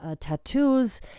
tattoos